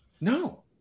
No